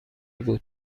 بود